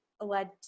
led